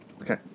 Okay